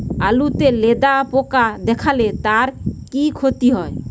আলুতে লেদা পোকা দেখালে তার কি ক্ষতি হয়?